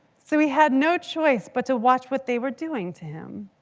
so he had no choice but to watch what they were doing to him.